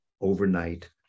overnight